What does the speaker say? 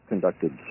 conducted